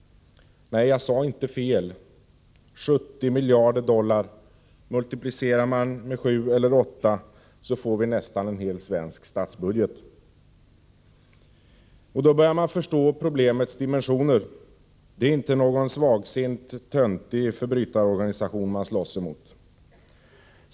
Nej, jag sade inte fel. 70 miljarder dollar multiplicerat med 7 eller 8 blir nästan en hel svensk statsbudget. Då börjar man förstå problemets dimensioner. Det är inte någon svagsint, töntig förbrytarorganisation vi slåss emot.